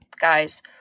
guys